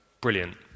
brilliant